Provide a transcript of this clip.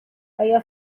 آیا